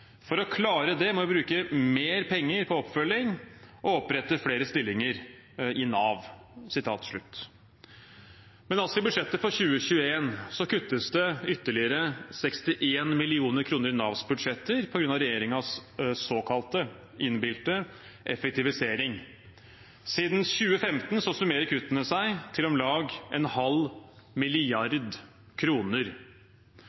For å klare det, må vi bruker mer penger på oppfølging og opprette flere stillinger i Nav.» Men i budsjettet for 2021 kuttes det ytterligere 61 mill. kr i Navs budsjetter på grunn av regjeringens såkalte og innbilte effektivisering. Siden 2015 summerer kuttene seg til om lag en halv